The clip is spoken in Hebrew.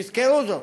תזכרו זאת,